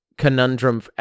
conundrum